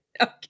Okay